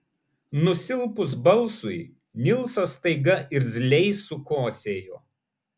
nusilpus balsui nilsas staiga irzliai sukosėjo